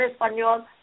español